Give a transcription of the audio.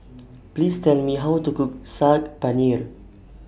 Please Tell Me How to Cook Saag Paneer